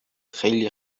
خیلی